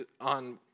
on